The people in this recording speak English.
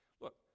Look